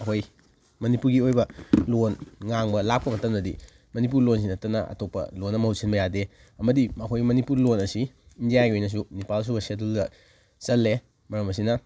ꯑꯩꯈꯣꯏ ꯃꯅꯤꯄꯨꯔꯒꯤ ꯑꯣꯏꯕ ꯂꯣꯟ ꯉꯥꯡꯕ ꯂꯥꯛꯄ ꯃꯇꯝꯗꯗꯤ ꯃꯅꯤꯄꯨꯔ ꯂꯣꯟꯁꯤ ꯅꯠꯇꯅ ꯑꯇꯣꯞꯄ ꯂꯣꯟ ꯑꯃꯐꯥꯎ ꯁꯤꯟꯕ ꯌꯥꯗꯦ ꯑꯃꯗꯤ ꯑꯩꯈꯣꯏ ꯃꯅꯤꯄꯨꯔ ꯂꯣꯟ ꯑꯁꯤ ꯏꯟꯗꯤꯌꯥꯒꯤ ꯑꯣꯏꯅꯁꯨ ꯅꯤꯄꯥꯜꯁꯨꯕ ꯁꯦꯗꯨꯜꯗ ꯆꯜꯂꯦ ꯃꯔꯝ ꯑꯁꯤꯅ